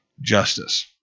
justice